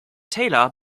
taylor